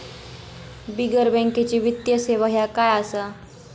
बिगर बँकेची वित्तीय सेवा ह्या काय असा?